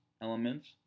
elements